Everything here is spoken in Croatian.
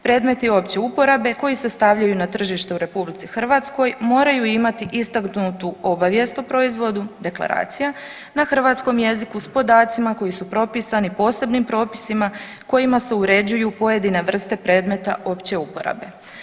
Predmeti opće uporabe koji se stavljaju na tržište u RH moraju imati istaknutu obavijest o proizvodu, deklaracija na hrvatskom jeziku s podacima koji su propisani posebnim propisima kojima se uređuju pojedine vrste predmeta opće uporabe.